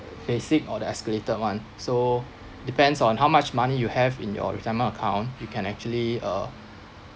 basic or the escalated one so depends on how much money you have in your retirement account you can actually uh